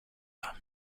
thumb